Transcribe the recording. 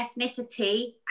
ethnicity